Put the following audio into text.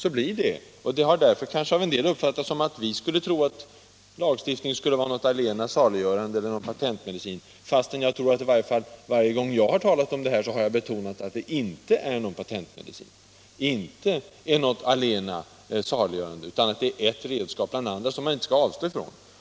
En del har därför kanske uppfattat oss så, att vi skulle tro att lagstiftning skulle vara något allena saliggörande — fastän åtminstone jag varje gång jag har talat om detta har sagt, att det inte är någon patentmedicin utan ett redskap bland andra, som man inte skall avstå från.